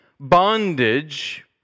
bondage